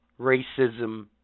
racism